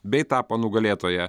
bei tapo nugalėtoja